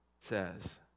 says